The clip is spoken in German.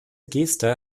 geste